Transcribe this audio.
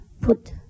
put